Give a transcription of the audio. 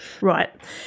Right